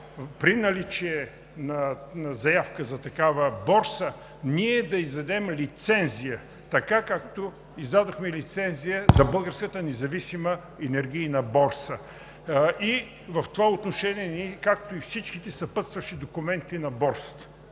при наличие на заявка за такава борса, ние да издадем лицензия, така както издадохме лицензия за Българската независима енергийна борса и в отношение, както и всички съпътстващи документи за борсата.